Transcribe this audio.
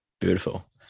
Beautiful